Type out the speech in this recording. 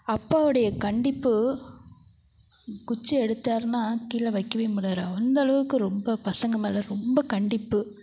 அப்பாவுடைய கண்டிப்பு குச்சி எடுத்தாருனா கீழ வைக்கவே மாட்டார் அந்தளவுக்கு ரொம்ப பசங்க மேலே ரொம்ப கண்டிப்பு